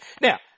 Now